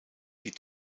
die